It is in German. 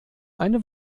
eine